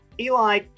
Eli